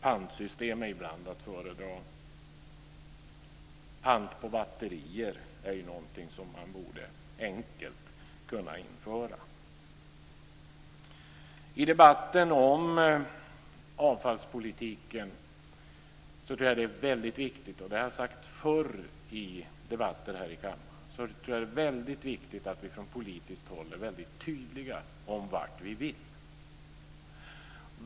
Pantsystem är ibland att föredra. Pant på batterier är någonting som man enkelt borde kunna införa. I debatten om avfallspolitiken tror jag det är viktigt - och det har jag sagt förr i debatter här i kammaren - att vi från politiskt håll är tydliga när det gäller att tala om vad vi vill.